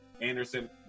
Anderson